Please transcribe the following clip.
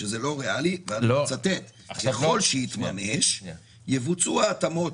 ואני מצטט: "ככל שיתממש יבוצעו ההתאמות".